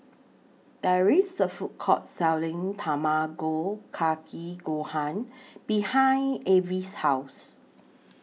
There IS A Food Court Selling Tamago Kake Gohan behind Avis' House